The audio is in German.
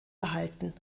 erhalten